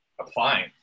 applying